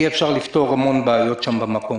לגבי נושא העבודה וכל תחום ותחום.